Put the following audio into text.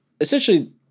essentially